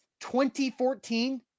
2014